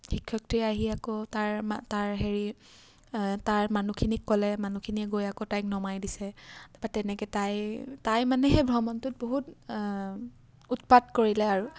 শিক্ষয়িত্ৰী আহি আকৌ তাৰ মা তাৰ হেৰি তাৰ মানুহখিনিক ক'লে মানুহখিনিয়ে গৈ আকৌ তাইক নমাই দিছে তাৰপৰা তেনেকৈ তাই তাই মানেহে ভ্ৰমণটোত বহুত উৎপাত কৰিলে আৰু